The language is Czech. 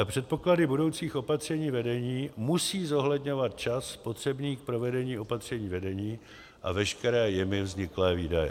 Předpoklady budoucích opatření vedení musí zohledňovat čas potřebný k provedení opatření vedení a veškeré jimi vzniklé výdaje.